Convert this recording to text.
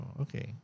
okay